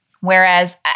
Whereas